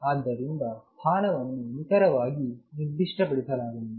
ಆದ್ದರಿಂದ ಸ್ಥಾನವನ್ನು ನಿಖರವಾಗಿ ನಿರ್ದಿಷ್ಟಪಡಿಸಲಾಗಿಲ್ಲ